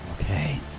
okay